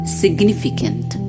significant